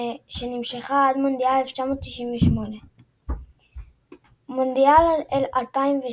שנמשכה עד מונדיאל 1998. מונדיאל 2002,